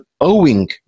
owing